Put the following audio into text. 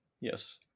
Yes